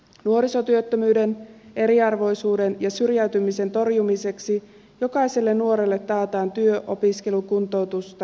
nuorisotyöttömyyden eriarvoisuuden ja syrjäytymisen torjumiseksi jokaiselle nuorelle taataan työ opiskelu kuntoutus tai harjoittelupaikka